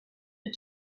but